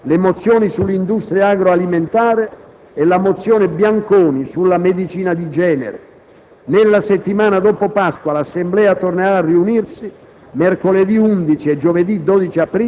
prima di Pasqua prevede inoltre le mozioni sull'industria agroalimentare e la mozione Bianconi sulla medicina di genere. Nella settimana dopo Pasqua l'Assemblea tornerà a riunirsi